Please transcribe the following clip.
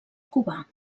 cubà